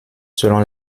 selon